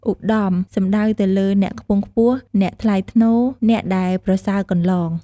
ឧត្តម សំដៅទៅលើ អ្នកខ្ពង់ខ្ពស់ អ្នកថ្លៃថ្នូរ អ្នកដែលប្រសើរកន្លង។